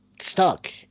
stuck